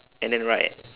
and then right